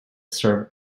serve